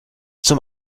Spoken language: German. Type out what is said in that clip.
zum